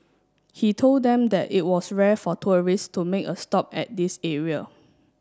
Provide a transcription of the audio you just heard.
he told them that it was rare for tourists to make a stop at this area